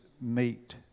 meet